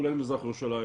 כולל מזרח ירושלים,